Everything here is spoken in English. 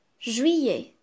juillet